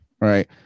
right